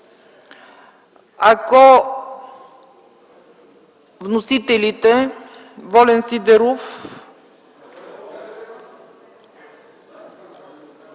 Ако вносителите – Волен Сидеров